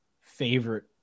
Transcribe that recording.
favorite